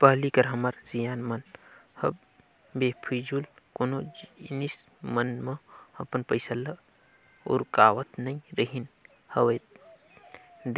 पहिली कर हमर सियान मन ह बेफिजूल कोनो जिनिस मन म अपन पइसा ल उरकावत नइ रिहिस हवय